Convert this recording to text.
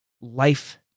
life